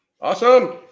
Awesome